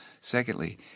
Secondly